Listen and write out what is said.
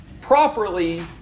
properly